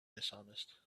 dishonest